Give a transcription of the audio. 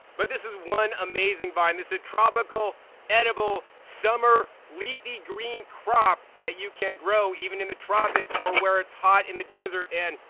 but this is one amazing vine! this is a tropical edible summer leafy green crop that you can grow even in the tropics or where it's hot in the desert and,